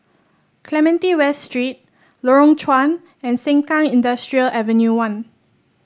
Clementi West Street Lorong Chuan and Sengkang Industrial Ave one